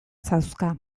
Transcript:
zauzka